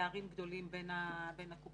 פערים גדלים בין הקופות.